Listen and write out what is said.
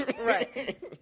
right